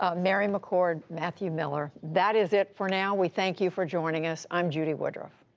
ah mary mccord, matthew miller. that is it for now. we thank you for joining us. i'm judy woodruff.